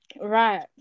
right